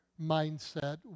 mindset